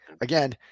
Again